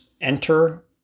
enter